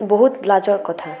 বহুত লাজৰ কথা